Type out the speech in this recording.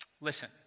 listen